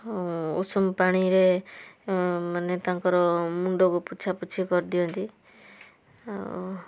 ହଁ ଉଷୁମ ପାଣିରେ ମାନେ ତାଙ୍କର ମୁଣ୍ଡକୁ ପୋଛା ପୋଛି କରିଦିଅନ୍ତି ଆଉ